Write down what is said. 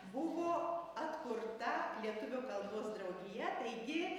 buvo atkurta lietuvių kalbos draugija taigi